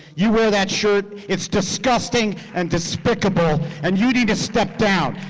you wear that shirt, it's disgusting and despicable and you need to step down.